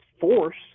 force